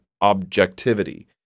objectivity